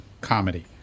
comedy